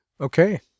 Okay